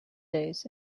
days